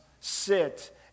sit